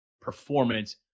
performance